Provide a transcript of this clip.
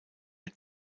mit